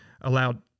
allowed